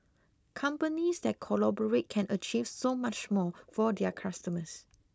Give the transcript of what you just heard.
companies that collaborate can achieve so much more for their customers